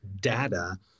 data